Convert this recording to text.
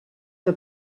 que